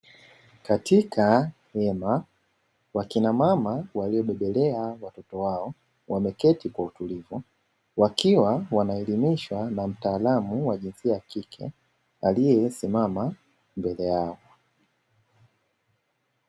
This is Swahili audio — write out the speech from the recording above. Katika chumba, wakina mama waliobebelea watoto wao wameketi kwa utulivu, wakiwa wanaelimishwa na mtaalamu wa jinsia ya kike aliyesimama mbele yao.